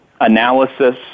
analysis